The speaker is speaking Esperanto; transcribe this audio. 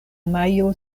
majo